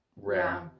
rare